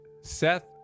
Seth